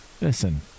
Listen